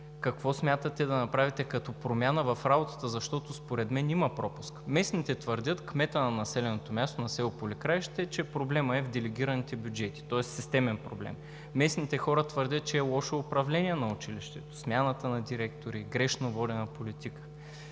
Какво смятате да направите като промяна в работата, защото според мен има пропуск? Кметът на населеното място на село Поликраище твърди, че проблемът е в делегираните бюджети, тоест системен проблем. Местните хора твърдят, че е лошо управление на училището смяната на директори, грешно водене на политика.